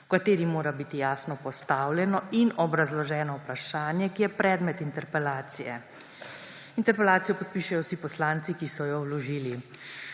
v kateri mora biti jasno postavljeno in obrazloženo vprašanje, ki je predmet interpelacije. Interpelacijo podpišejo vsi poslanci, ki so jo vložili.«